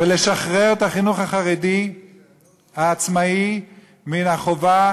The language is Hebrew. ולשחרר את החינוך החרדי העצמאי מן החובה